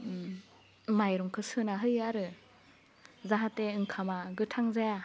माइरंखौ सोना होयो आरो जाहाथे ओंखामा गोथां जाया